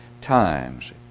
times